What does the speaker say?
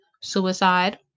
suicide